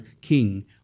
King